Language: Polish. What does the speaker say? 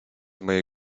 mojej